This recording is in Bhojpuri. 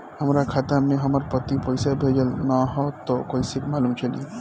हमरा खाता में हमर पति पइसा भेजल न ह त कइसे मालूम चलि?